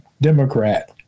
democrat